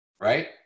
right